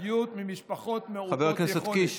י' ממשפחות מעוטות יכולת,